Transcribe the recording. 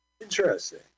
Interesting